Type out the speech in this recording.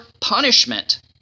punishment